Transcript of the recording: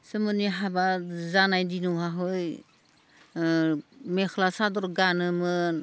सोमोनि हाबा जानाय दिनावहाहै मेख्ला सादर गानोमोन